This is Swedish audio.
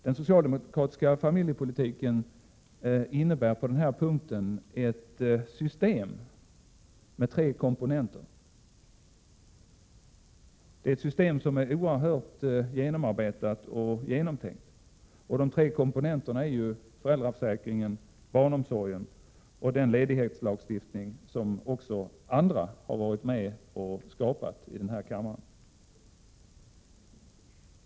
Den socialdemokratiska familjepolitiken innebär på den punkten ett oerhört genomarbetat och genomtänkt system med tre komponenter: föräldraförsäkringen, barnomsorgen och den ledighetslagstiftning som också andra har varit med och skapat i den här kammaren.